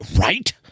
right